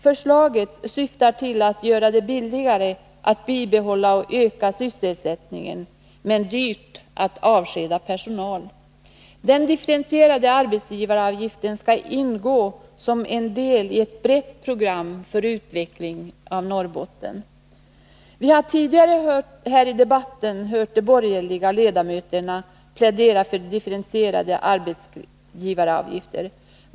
Förslaget syftar till att göra det billigare att bibehålla och trygga sysselsättningen men dyrt att avskeda personal. Den differentierade arbetsgivaravgiften skall ingå som en del i ett brett program för utveckling av Norrbotten. Vi har tidigare i debatten hört borgerliga ledamöter som pläderat för differentierade arbetsgivaravgifter.